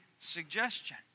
suggestion